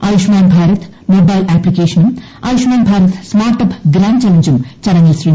Ayushman Bharat mobile ആപ്സിക്കേഷനും Ayushman Bharat smart app grant ചലഞ്ചും ചടങ്ങിൽ ശ്രീ